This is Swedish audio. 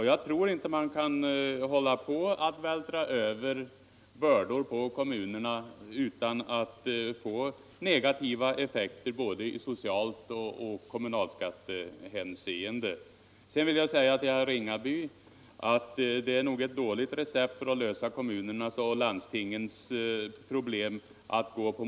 Jag tror inte att man kan hålla på och vältra över bördor på kommunerna utan att få negativa effekter både i socialt hänseende och i kommunalskattehänseende. Till herr Ringaby vill jag säga att det är ett dåligt recept moderaterna har, om man vill lösa kommunernas och landstingens problem.